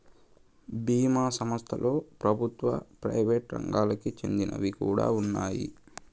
బీమా సంస్థలలో ప్రభుత్వ, ప్రైవేట్ రంగాలకి చెందినవి కూడా ఉన్నాయి